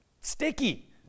sticky